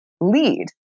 lead